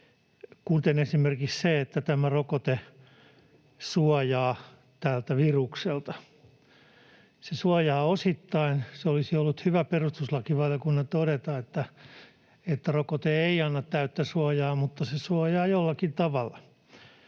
kuten esimerkiksi sen, että tämä rokote suojaa tältä virukselta. Se suojaa osittain — se olisi ollut hyvä perustuslakivaliokunnan todeta, että rokote ei anna täyttä suojaa mutta se suojaa jollakin tavalla.